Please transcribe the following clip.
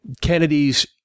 Kennedy's